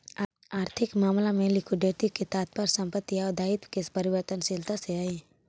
आर्थिक मामला में लिक्विडिटी के तात्पर्य संपत्ति आउ दायित्व के परिवर्तनशीलता से हई